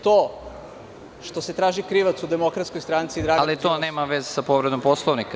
To što se traži krivac u DS… (Predsednik: Ali, to nema veze sa povredom Poslovnika.